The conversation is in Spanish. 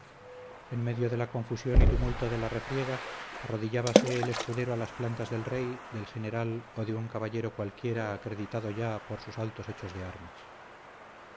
en medio de la confusión y tumulto de la refriega arrodillábase el escudero a las plantas del rey del general o de un caballero cualquiera acreditado ya por sus altos hechos de armas